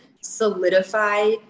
solidify